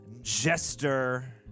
jester